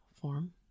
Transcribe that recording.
form